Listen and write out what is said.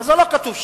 אבל זה לא כתוב שם.